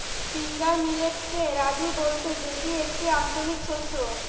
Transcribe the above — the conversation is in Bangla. ফিঙ্গার মিলেটকে রাজি বলতে যেটি একটি আঞ্চলিক শস্য